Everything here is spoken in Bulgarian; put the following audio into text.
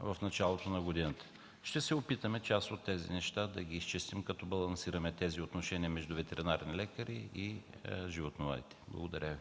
в началото на годината. Ще се опитаме част от тези неща да ги изчистим, като балансираме тези отношения между ветеринарните лекари и животновъдите. Благодаря Ви.